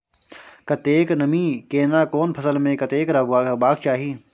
कतेक नमी केना कोन फसल मे कतेक रहबाक चाही?